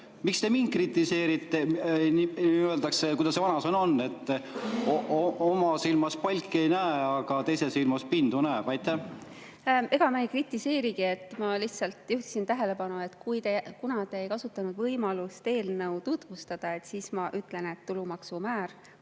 miks te kritiseerite? Kuidas see vanasõna ongi? Et oma silmas palki ei näe, aga teise silmas pindu näeb. Ega ma ei kritiseerigi. Ma lihtsalt juhtisin tähelepanu, et kuna te ei kasutanud võimalust eelnõu tutvustada, siis ma ütlen, et tulumaksumäär